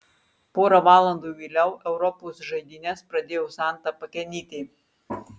pora valandų vėliau europos žaidynes pradėjo santa pakenytė